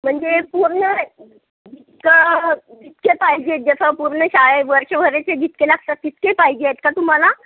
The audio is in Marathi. म्हणजे पूर्ण का जे पाहिजे जसा पूर्ण शाळे वर्षभराचे जितके लागतात तितके पाहिजे आहेत का तुम्हाला